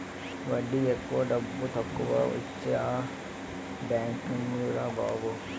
వడ్డీ ఎక్కువ డబ్బుతక్కువా ఇచ్చే ఆ బేంకెందుకురా బాబు